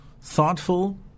thoughtful